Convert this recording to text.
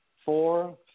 Four